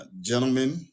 Gentlemen